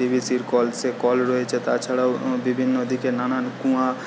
ডিভিসির কল সে কল রয়েছে তাছাড়াও বিভিন্ন দিকে নানান কুঁয়া রয়েছে